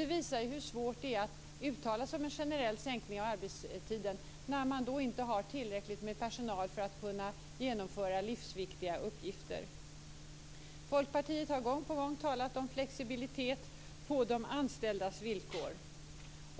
Det visar hur svårt det är att uttala sig om en generell sänkning av arbetstiden, om man inte har tillräckligt med personal för att kunna genomföra livsviktiga uppgifter. Folkpartiet har gång på gång talat om flexibilitet på de anställdas villkor.